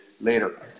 later